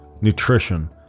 nutrition